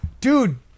Dude